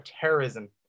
terrorism